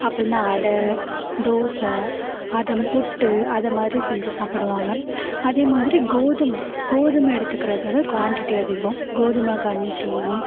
அப்பில்லனா அடை தோசை அதம் புட்டு அதை மாதிரி செஞ்சு சாப்பிடுவாங்க அதே மாதிரி கோதுமை கோதுமை எடுத்துக்கிறதோட குவாண்டிடி அதிகம் கோதுமை கஞ்சி